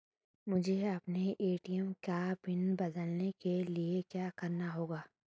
मुझे अपने ए.टी.एम का पिन बदलने के लिए क्या करना होगा?